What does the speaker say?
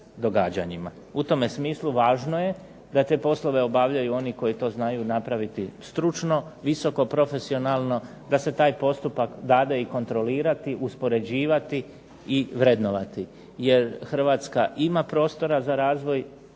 događanjima. U tome smislu važno je da te poslove obavljaju oni koji to znaju napraviti stručno, visoko profesionalno, da se taj postupak dade i kontrolirati, uspoređivati i vrednovati, jer Hrvatska ima prostora za razvoj